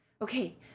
Okay